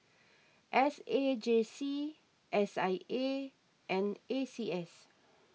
S A J C S I A and A C S